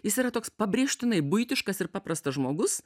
jis yra toks pabrėžtinai buitiškas ir paprastas žmogus